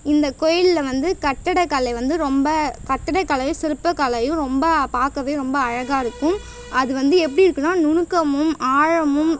இந்தக் கோவில்ல வந்து கட்டடக்கலை வந்து ரொம்பக் கட்டடக்கலையும் சிற்பக்கலையும் ரொம்ப பார்க்கவே ரொம்ப அழகாக இருக்கும் அது வந்து எப்படி இருக்கும்ன்னா நுணுக்கமும் ஆழமும்